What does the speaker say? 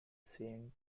saint